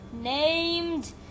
named